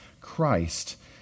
Christ